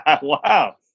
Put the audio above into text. Wow